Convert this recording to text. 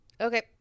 Okay